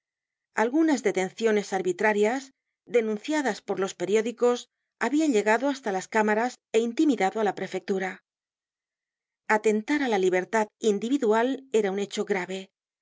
algunas detenciones arbitrarías denunciadas por los periódicos habian llegado hasta las cámaras é intimidado á la prefectura atentar á la libertad individual era un hecho grave los